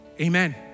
Amen